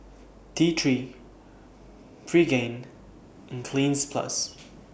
T three Pregain and Cleanz Plus